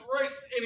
race